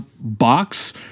box